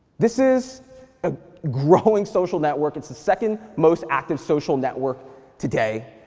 this is a growing social network. it's the second most active social network today.